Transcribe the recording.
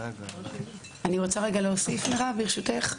אני רוצה רגע להוסיף, ברשותך.